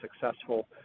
successful